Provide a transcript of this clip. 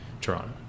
toronto